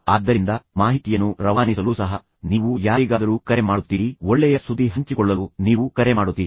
ಆದ್ದರಿಂದ ಮಾಹಿತಿಯನ್ನು ರವಾನಿಸಲು ಸಹ ನೀವು ಯಾರಿಗಾದರೂ ಕರೆ ಮಾಡುತ್ತೀರಿ ಒಳ್ಳೆಯ ಸುದ್ದಿ ಹಂಚಿಕೊಳ್ಳಲು ನೀವು ಕರೆ ಮಾಡುತ್ತೀರಿ